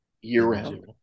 year-round